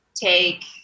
Take